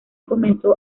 comenzó